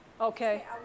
Okay